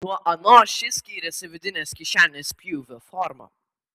nuo anos ši skyrėsi vidinės kišenės pjūvio forma